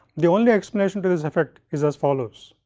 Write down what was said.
the only explanation to this effect is as follows.